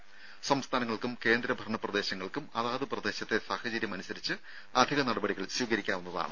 പ്രദർശനാനുമതി സംസ്ഥാനങ്ങൾക്കും കേന്ദ്ര ഭരണ പ്രദേശങ്ങൾക്കും അതാതു പ്രദേശത്തെ സാഹചര്യമനുസരിച്ച് അധിക നടപടികൾ സ്വീകരിക്കാവുന്നതാണ്